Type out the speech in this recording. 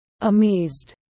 Amazed